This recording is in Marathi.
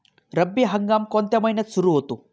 रब्बी हंगाम कोणत्या महिन्यात सुरु होतो?